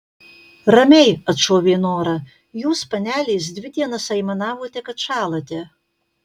ramiai atšovė nora jūs panelės dvi dienas aimanavote kad šąlate